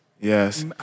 Yes